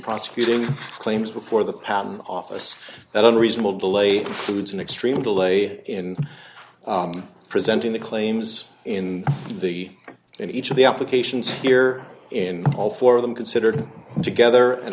prosecuting claims before the patent office that unreasonable delay prudes an extreme delay in presenting the claims in the end each of the applications here in all four of them considered together and